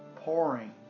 pouring